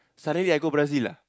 suddenly I go Brazil ah